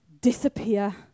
disappear